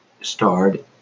starred